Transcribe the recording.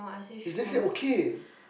then just say okay